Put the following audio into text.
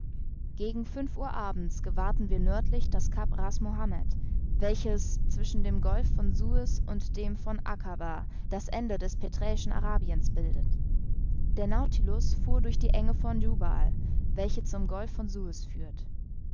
gegen fünf uhr abends gewahrten wir nördlich das cap ras mohammed welches zwischen dem golf von suez und dem von acabah das ende des peträischen arabiens bildet der nautilus fuhr durch die enge von jubal welche zum golf von suez führt